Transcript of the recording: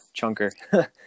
chunker